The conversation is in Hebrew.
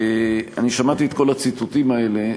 אני שמעתי את כל הציטוטים האלה,